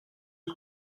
was